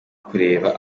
kureba